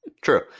true